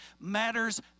matters